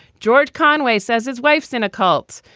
george conway says his wife's in a cult.